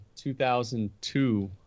2002